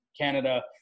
Canada